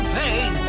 pain